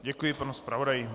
Děkuji panu zpravodaji.